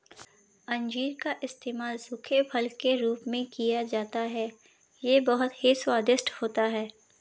अंजीर का इस्तेमाल सूखे फल के रूप में किया जाता है यह बहुत ही स्वादिष्ट होता है